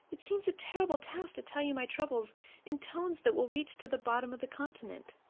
it seems a terrible task to tell you my troubles in tones that will reach to the bottom of the continent.